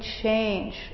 change